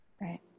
right